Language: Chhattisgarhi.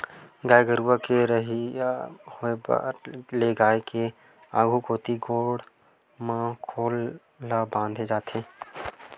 गाय गरु के हरही होय ऊपर ले गाय के आघु कोती गोड़ म खोल ल बांधे जाथे